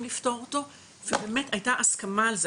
לפתור אותו ובאמת הייתה הסכמה על זה.